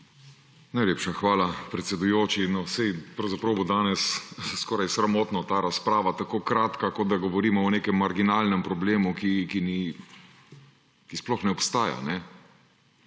LMŠ): Hvala, predsedujoči. Saj pravzaprav bo danes skoraj sramotno ta razprava tako kratka, kot da govorimo o nekem marginalnem problemu, ki sploh ne obstaja.